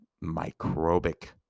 microbic